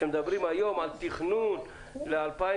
כשמדברים היום על תכנון ל-2023,